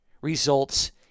results